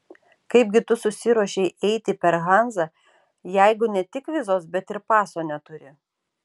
kaip gi tu susiruošei eiti per hanzą jeigu ne tik vizos bet ir paso neturi